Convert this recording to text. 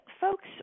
folks